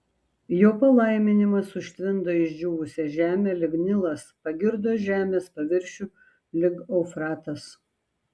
jo palaiminimas užtvindo išdžiūvusią žemę lyg nilas pagirdo žemės paviršių lyg eufratas